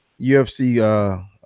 UFC